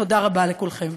תודה רבה לכולכם.